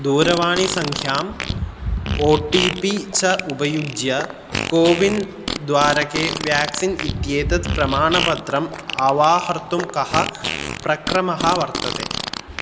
दूरवाणीसङ्ख्याम् O T P च उपयुज्य कोविन् द्वारके व्याक्सिन् इत्येतत् प्रमाणपत्रम् अवाहर्तुं कः प्रक्रमः वर्तते